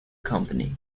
company